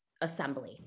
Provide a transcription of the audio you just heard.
assembly